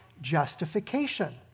justification